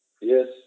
Yes